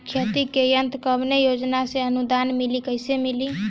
खेती के यंत्र कवने योजना से अनुदान मिली कैसे मिली?